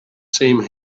same